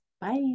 Bye